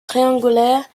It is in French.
triangulaire